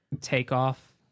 takeoff